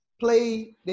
Play